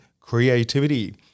creativity